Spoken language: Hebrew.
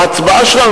בהצבעה שלנו,